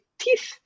teeth